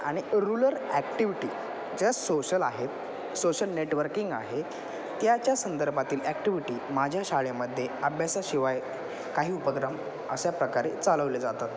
आणि rural activity ज्या social आहेत सोशल नेटवर्किंग आहे त्याच्या संदर्भातील ॲक्टिविटी माझ्या शाळेमध्ये अभ्यासाशिवाय काही उपक्रम अशा प्रकारे चालवले जातात